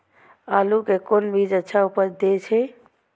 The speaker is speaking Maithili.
आलू के कोन बीज अच्छा उपज दे छे?